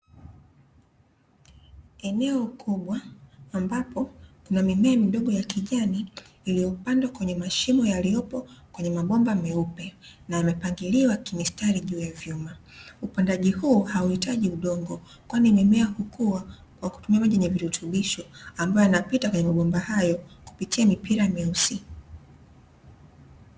Eneo kubwa ambapo kuna mimea midogo ya kijani iliyopandwa kwenye mashimo yaliyopo kwenye mabomba meupe na yamepangiliwa kwa mistari juu ya vyuma, upandaji huu hautimii udongo kwani mimea hukua kwa kutumia maji yenye vitutubisho ya ambayo yanapita kwenye mabomba hayo kupitia mipira meusi.